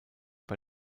bei